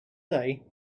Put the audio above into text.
day